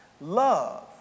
love